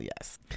yes